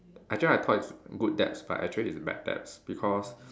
actually I thought it's good debts but actually it's bad debts because